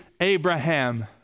Abraham